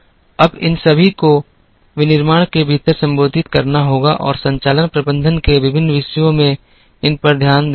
अब इन सभी को विनिर्माण के भीतर संबोधित करना होगा और संचालन प्रबंधन के विभिन्न विषयों में इन पर ध्यान देना होगा